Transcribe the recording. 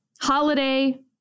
holiday